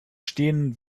stehen